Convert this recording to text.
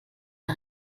der